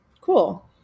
Cool